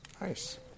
Nice